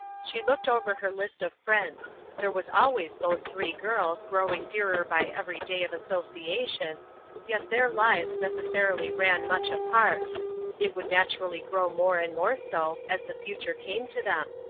she looked over her list of friends there was always those three girls, growing dearer by every day of association yet their lives necessarily ran much apart it would naturally grow more and more so as the future came to them.